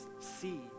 see